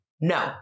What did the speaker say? No